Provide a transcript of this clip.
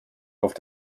auf